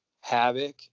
havoc